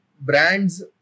Brands